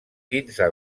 quinze